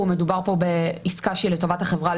ומדובר פה בעסקה שהיא לטובת החברה,